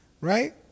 right